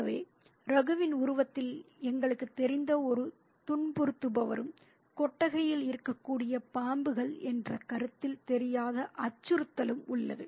ஆகவே ரகுவின் உருவத்தில் எங்களுக்குத் தெரிந்த ஒரு துன்புறுத்துபவரும் கொட்டகையில் இருக்கக்கூடிய பாம்புகள் என்ற கருத்தில் தெரியாத அச்சுறுத்தலும் உள்ளது